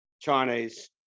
Chinese